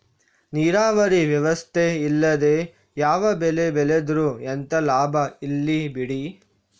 ನೀರಾವರಿ ವ್ಯವಸ್ಥೆ ಇಲ್ಲದೆ ಯಾವ ಬೆಳೆ ಬೆಳೆದ್ರೂ ಎಂತ ಲಾಭ ಇಲ್ಲ ಬಿಡಿ